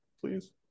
Please